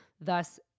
thus